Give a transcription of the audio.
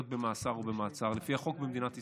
במאסר או במעצר לפי החוק במדינת ישראל.